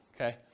okay